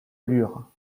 lure